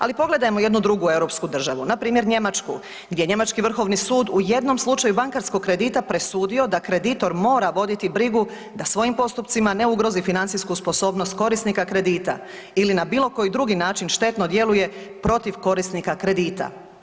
Ali pogledajmo jednu drugu europsku državu, npr. Njemačku gdje je njemački Vrhovni sud u jednom slučaju bankarskog kredita presudio da kreditor mora voditi brigu da svojim postupcima ne ugrozi financijsku sposobnost korisnika kredita ili na bilokoji drugi način štetno djeluje protiv korisnika kredita.